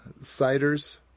ciders